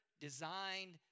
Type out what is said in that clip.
designed